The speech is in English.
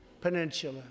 Peninsula